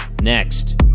next